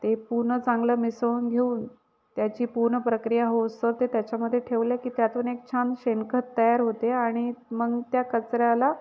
ते पूर्ण चांगलं मिसळवून घेऊन त्याची पूर्ण प्रक्रिया होऊस्तवर ते त्याच्यामध्ये ठेवलं की त्यातून एक छान शेणखत तयार होते आणि मग त्या कचऱ्याला